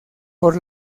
por